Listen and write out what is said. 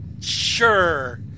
Sure